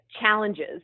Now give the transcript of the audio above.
challenges